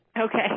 Okay